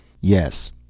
Yes